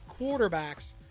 quarterbacks